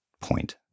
point